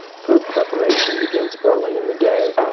food preparation begins early in the day.